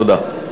תודה.